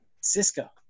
Cisco